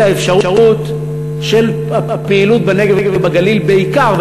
האפשרות של הפעילות בנגב ובגליל בעיקר,